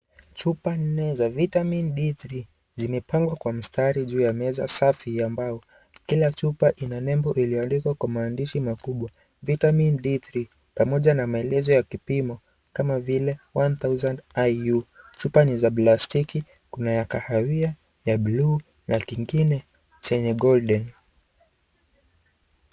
Chupa nne za vitamin D3,zimepangwa kwa mstari juu ya meza safi ya mbao, kila chupa ina nembo ilioandikwa kwa maandishi makubwa, vitamin D3, pamoja na maelezo ya kipimo, kama vile 10001U, chupa ni za blastiki, kuna ya kahawia, ya blue , na kingine, chenye golden .